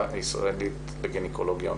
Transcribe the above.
הישראלית לגניקולוגיה אונקולוגית.